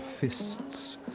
fists